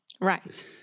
Right